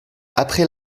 après